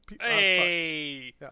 hey